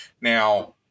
Now –